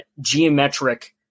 geometric